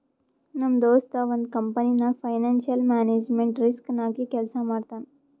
ನಮ್ ದೋಸ್ತ ಒಂದ್ ಕಂಪನಿನಾಗ್ ಫೈನಾನ್ಸಿಯಲ್ ಮ್ಯಾನೇಜ್ಮೆಂಟ್ ರಿಸ್ಕ್ ನಾಗೆ ಕೆಲ್ಸಾ ಮಾಡ್ತಾನ್